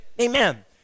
amen